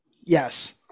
Yes